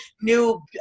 new